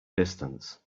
distance